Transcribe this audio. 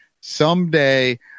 someday